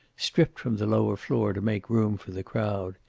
stripped from the lower floor to make room for the crowd.